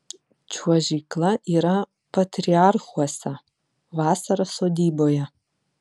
čiuožykla yra patriarchuose vasara sodyboje